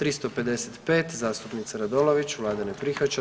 355. zastupnica Radolović, vlada ne prihvaća.